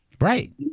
Right